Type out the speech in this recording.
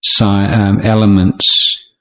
elements